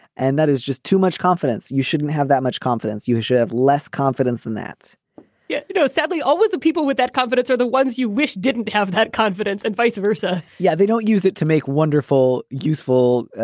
and that is just too much confidence. you shouldn't have that much confidence. you should have less confidence in that yeah. you know, sadly, always the people with that confidence are the ones you wish didn't have that confidence and vice versa yeah, they don't use it to make wonderful, useful,